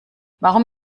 warum